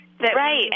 Right